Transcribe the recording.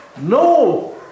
no